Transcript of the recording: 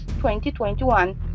2021